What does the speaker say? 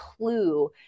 clue